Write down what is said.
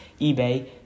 eBay